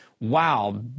Wow